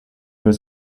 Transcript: was